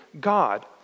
God